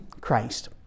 Christ